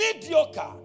Mediocre